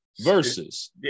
versus